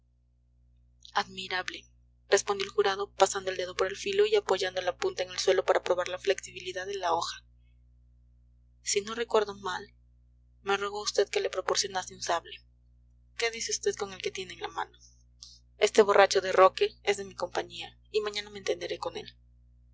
admirable respondió el jurado pasando el dedo por el filo y apoyando la punta en el suelo para probar la flexibilidad de la hoja si no recuerdo mal me rogó vd que le proporcionase un sable quédese vd con el que tiene en la mano este borracho de roque es de mi compañía y mañana me entenderé con él